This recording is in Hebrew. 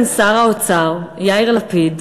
האוצר יאיר לפיד,